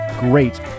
great